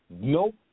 Nope